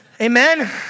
Amen